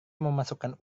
memasukkan